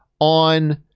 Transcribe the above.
on